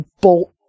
bolt